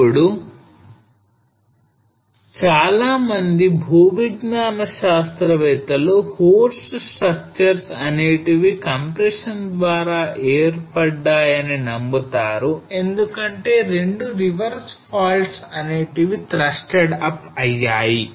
ఇప్పుడు చాలామంది భూవిజ్ఞాన శాస్త్రవేత్తలు horst స్ట్రక్చర్స్ అనేటివి compression ద్వారా ఏర్పడ్డాయని నమ్ముతారు ఎందుకంటే 2 reverse faults అనేటివి thrusted up అయ్యాయి